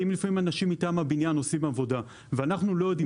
באים לפעמים אנשים מטעם הבניין ועושים עבודה ואנחנו לא יודעים.